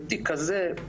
בתיק כזה,